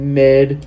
mid